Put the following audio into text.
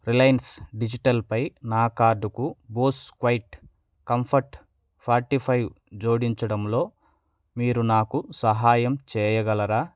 Reliance డిజిటల్పై నా కార్డుకు Bose quiet comfort forty five జోడించడంలో మీరు నాకు సహాయం చేయగలరా